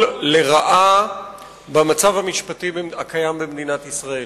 לרעה במצב המשפטי הקיים במדינת ישראל.